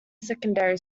secondary